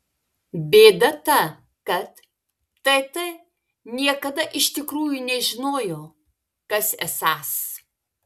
bėda ta kad tt niekada iš tikrųjų nežinojo kas esąs